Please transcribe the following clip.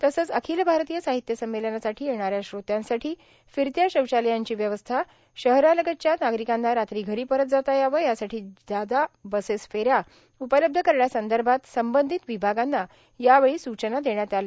तसंच अखिल भारतीय साहित्य संमेलनासाठी येणाऱ्या श्रोत्यांसाठी फिरत्या शौचालयांची व्यवस्था शहरालगतच्या नागरिकांना रात्री घरी परत जाता यावे यासाठी जादा बसेस फेऱ्या उपलब्ध करण्यासंदर्भात संबंधित विभागांना यावेळी स्चना देण्यात आल्या